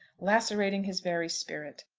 lacerating his very spirit.